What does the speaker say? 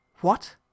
What